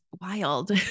wild